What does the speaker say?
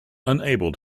unable